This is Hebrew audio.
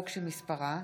ניצן הורוביץ, תמר זנדברג,